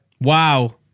Wow